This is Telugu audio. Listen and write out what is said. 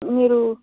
మీరు